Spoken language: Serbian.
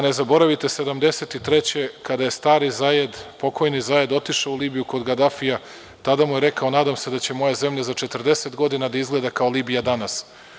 Ne zaboravite, 1973. godine, kada je stari Zajed, pokojni Zajed otišao u Libiju kod Gadafija, tada mu je rekao – nadam se da će moja zemlja za 40 godina da izgleda kao Libija danas.